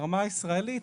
ברמה הישראלית